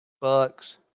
Bucks